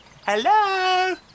Hello